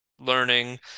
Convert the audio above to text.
learning